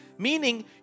Meaning